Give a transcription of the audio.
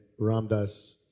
Ramdas